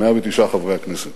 109 חברי הכנסת.